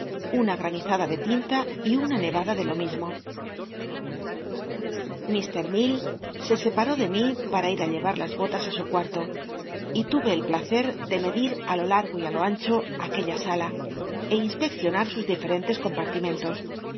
una granizada de tinta y una ncracla tlc o mismo mr mil se separó de mí para ir á llevar las bolas á su cuarto y tuve el phlcci de medir á lo largo y i lo ancho aquella sala é inspeccionar sus diferentes compartimientos